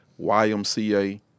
YMCA